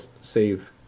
save